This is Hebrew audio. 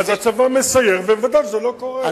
אז הצבא מסייר ומוודא שזה לא קורה.